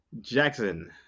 Jackson